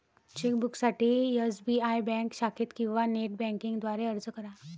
चेकबुकसाठी SBI bank शाखेत किंवा नेट बँकिंग द्वारे अर्ज करा